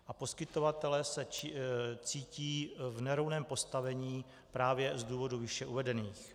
A poskytovatelé se cítí v nerovném postavení právě z důvodů výše uvedených.